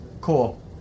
Cool